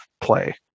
play